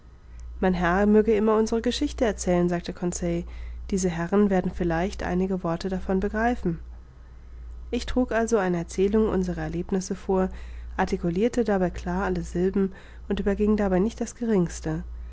mein herr möge immer unsere geschichte erzählen sagte conseil diese herren werden vielleicht einige worte davon begreifen ich trug also eine erzählung unserer erlebnisse vor articulirte dabei klar alle sylben und überging dabei nicht das geringste